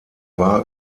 war